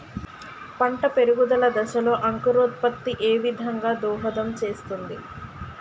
పంట పెరుగుదల దశలో అంకురోత్ఫత్తి ఏ విధంగా దోహదం చేస్తుంది?